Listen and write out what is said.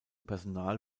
personal